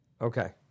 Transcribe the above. Okay